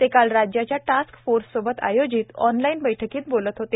ते काल राज्याच्या टास्क फोर्सबरोबर आयोजित ऑनलाईन बैठकीत बोलत होते